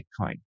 Bitcoin